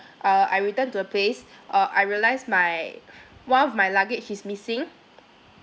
uh I return to the place uh I realised my one of my luggage is missing